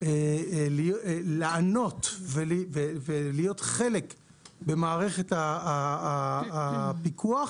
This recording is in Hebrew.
הסכימו להיות בתוך המערך הטכנולוגי,